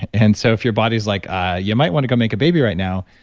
and so if your body's like, ah you might want to go make a baby right now,